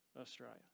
Australia